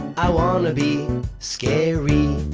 i wanna be scary.